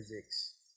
physics